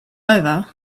over